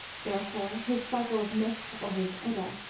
therefore his cycle of myths, or his edda,